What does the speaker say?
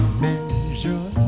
measure